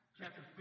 chapter